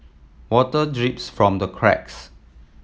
water drips from the cracks